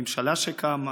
הממשלה שקמה,